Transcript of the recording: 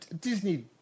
Disney